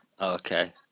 Okay